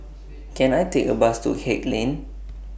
Can I Take A Bus to Haig Lane